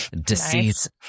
deceit